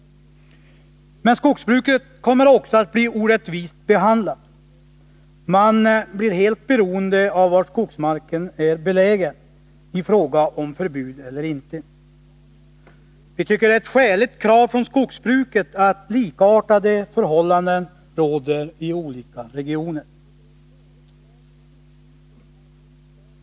Men skogsbruket kommer också att bli orättvist behandlat: frågan om förbud eller inte blir helt beroende av var skogsmarken är belägen. Det är ett skäligt krav från skogsbruket att likartade förhållanden skall råda i olika regioner.